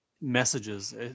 messages